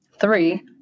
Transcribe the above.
Three